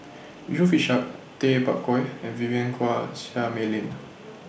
Yusof Ishak Tay Bak Koi and Vivien Quahe Seah Mei Lin